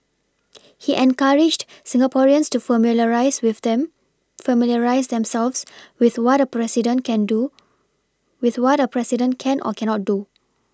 he encouraged Singaporeans to familiarise with them familiarise themselves with what a president can do with what a president can or cannot do